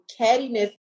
cattiness